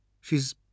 She's